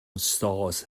stars